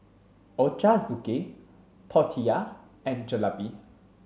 Ochazuke Tortillas and Jalebi